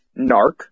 narc